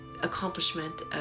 accomplishment